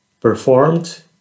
performed